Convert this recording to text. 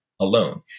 alone